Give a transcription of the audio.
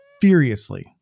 furiously